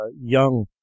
young